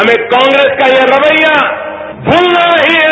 हमें कांग्रेस का यह रवैया भूलना नहीं है